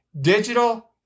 digital